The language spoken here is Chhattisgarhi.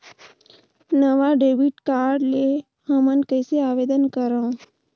नवा डेबिट कार्ड ले हमन कइसे आवेदन करंव?